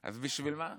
אז בשביל מה?